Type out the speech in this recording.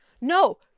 no